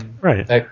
Right